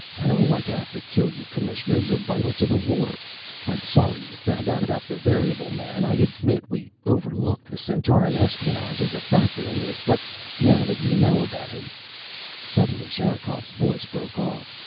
i don't want to have to kill you, commissioner. you're vital to the war i'm sorry you found out about the variable man. i admit we overlooked the centauran espionage as a factor in this. but now that you know about him suddenly sherikov's voice broke off.